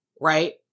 right